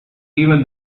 even